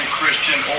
Christian